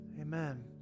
Amen